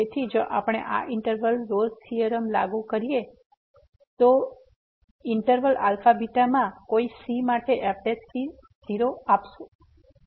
તેથી જો આપણે આ ઈંટરવલમાં રોલ્સRolle's થીયોરમ લાગુ કરીએ છીએ જે ઈંટરવલ α β માં કોઈ c માટે fc0 આપશે